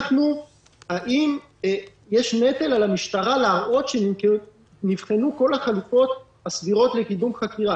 האם יש נטל על המשטרה להראות שנבחנו כל החלופות הסבירות לקידום חקירה?